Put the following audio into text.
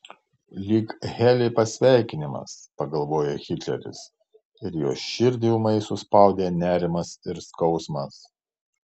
lyg heli pasveikinimas pagalvojo hitleris ir jo širdį ūmai suspaudė nerimas ir skausmas